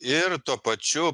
ir tuo pačiu